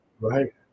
Right